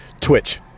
Twitch